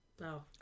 No